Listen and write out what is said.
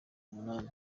umunani